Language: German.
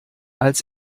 als